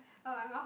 oh my mouth